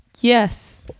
Yes